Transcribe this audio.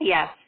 Yes